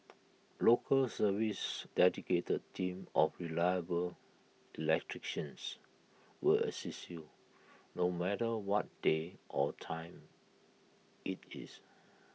local service's dedicated team of reliable electricians will assist you no matter what day or time IT is